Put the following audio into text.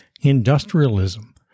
Industrialism